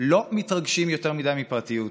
לא מתרגשים יותר מדי מפרטיות.